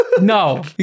No